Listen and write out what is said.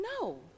No